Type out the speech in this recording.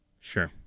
Sure